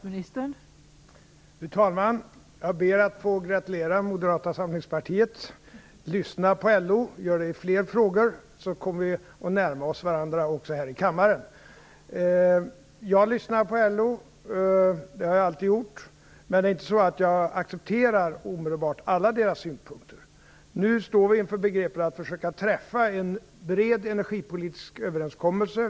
Fru talman! Jag ber att få gratulera Moderata samlingspartiet: Lyssna på LO! Gör det i fler frågor, så kommer vi att närma oss varandra också här i kammaren. Jag lyssnar på LO. Det har jag alltid gjort. Men det är inte så att jag omedelbart accepterar alla dess synpunkter. Nu står vi i begrepp att försöka träffa en bred energipolitisk överenskommelse.